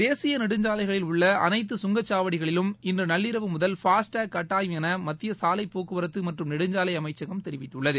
தேசியநெடுஞ்சாலைகளில் உள்ளஅனைத்து கங்கச்சாவடிகளிலும் இன்றுநள்ளிரவு முதல் பாஸ்டேக் கட்டாயம் எனமத்தியசாலைப் போக்குவரத்துமற்றும் நெடுஞ்சாலைஅமைச்சகம் தெரிவித்துள்ளது